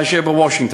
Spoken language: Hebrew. מאשר בוושינגטון.